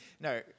no